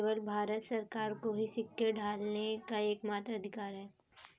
केवल भारत सरकार को ही सिक्के ढालने का एकमात्र अधिकार है